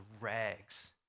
rags